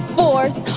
force